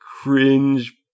cringe